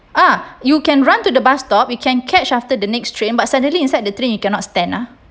ah you can run to the bus stop you can catch after the next train but suddenly inside the train you cannot stand ah